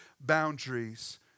boundaries